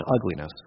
ugliness